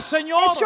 Señor